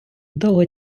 довго